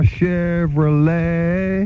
Chevrolet